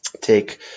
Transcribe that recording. take